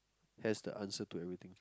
has the answer to everything